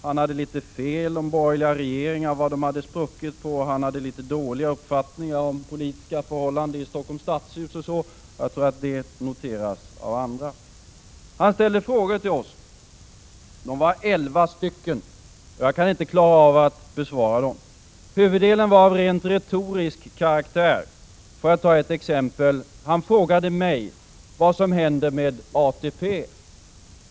Han hade litet fel om vad borgerliga regeringar hade spruckit på, han hade litet dålig uppfattning om politiska förhållanden i Stockholms stadshus, osv. Jag tror att det noteras av andra. Statsministern ställde elva frågor till oss. Jag kan inte klara av att besvara dem. Huvuddelen var av retorisk karaktär. Han frågade mig t.ex. vad som skall hända med ATP.